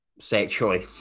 sexually